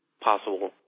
possible